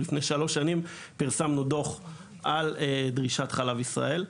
לפני שלוש שנים פרסמנו דוח על דרישת חלב ישראל,